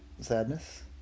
sadness